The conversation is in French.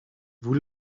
vous